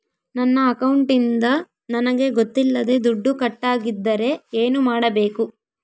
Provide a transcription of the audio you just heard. ನನ್ನ ಅಕೌಂಟಿಂದ ನನಗೆ ಗೊತ್ತಿಲ್ಲದೆ ದುಡ್ಡು ಕಟ್ಟಾಗಿದ್ದರೆ ಏನು ಮಾಡಬೇಕು?